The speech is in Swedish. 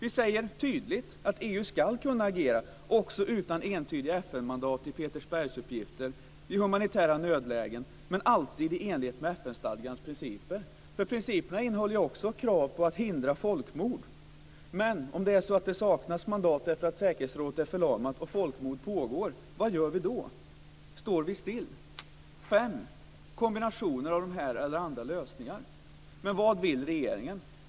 Vi säger tydligt att EU ska kunna agera också utan entydiga FN-mandat i Petersbergsuppgifter i humanitära nödlägen, men alltid i enlighet med FN-stadgans principer. Principerna innehåller ju också krav på att hindra folkmord. Men om det saknas mandat därför att säkerhetsrådet är förlamat och folkmord pågår, vad gör vi då? Står vi stilla? Vad vill regeringen?